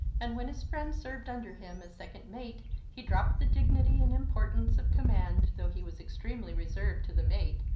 and when his friend served under him as second mate he dropped the dignity and import ance of command though he was extremely reserved to the mate,